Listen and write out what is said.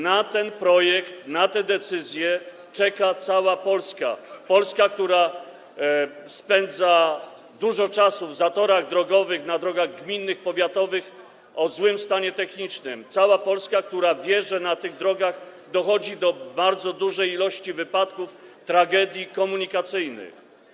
Na ten projekt, na te decyzje czeka cała Polska, Polska, która spędza dużo czasu w zatorach drogowych na drogach gminnych, powiatowych o złym stanie technicznym, cała Polska, która wie, że na tych drogach dochodzi do bardzo dużej ilości wypadków, tragedii komunikacyjnych.